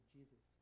Jesus